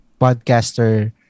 podcaster